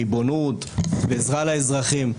ריבונות ועזרה לאזרחים.